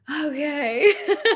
okay